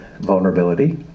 vulnerability